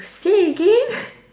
say again